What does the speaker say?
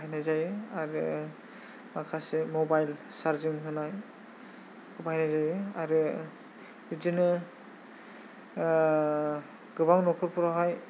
बाहायनाय जायो आरो माखासे मबाइल सारजिं होनाय बाहेरै आरो बिदिनो गोबां नखरफोरावहाय